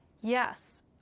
yes